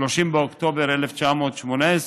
30 באוקטובר 2018,